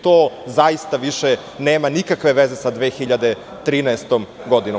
To zaista više nema nikakve veze sa 2013. godinom.